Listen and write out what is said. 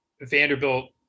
Vanderbilt